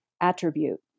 attribute